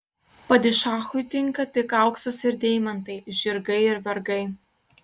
padišachui tinka tik auksas ir deimantai žirgai ir vergai